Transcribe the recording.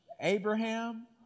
Abraham